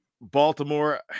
baltimore